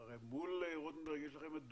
מול רוטנברג יש לכם את דוראד.